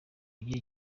ugira